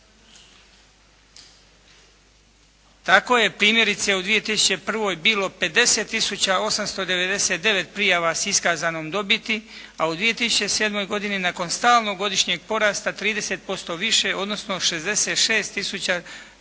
Tako je primjerice u 2001. bilo 50 tisuća 899 prijava s iskazanom dobiti, a u 2007. godini nakon stalnog godišnjeg porasta 30% više, odnosno 66 tisuća